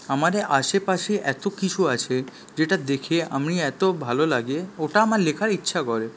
আমাদের আশেপাশে এতকিছু আছে যেটা দেখে আমি এত ভালো লাগে ওটা আমার লেখার ইচ্ছা করে